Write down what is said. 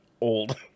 old